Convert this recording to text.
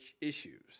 issues